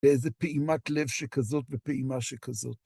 באיזה פעימת לב שכזאת ופעימה שכזאת.